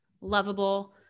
lovable